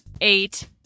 eight